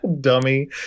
dummy